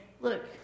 look